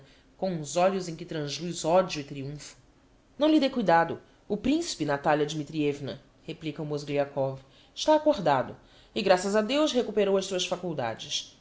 com uns olhos em que transluz odio e triunfo não lhe dê cuidado o principe natalia dmitrievna replica o mozgliakov está acordado e graças a deus recuperou as suas faculdades